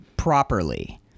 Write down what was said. properly